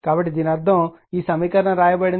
కాబట్టి దీని అర్థం ఈ సమీకరణం వ్రాయబడినది